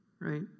right